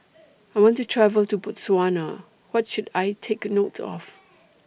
I want to travel to Botswana What should I Take note of